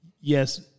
Yes